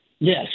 Yes